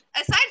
aside